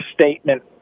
statement